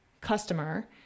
customer